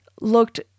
looked